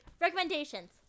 recommendations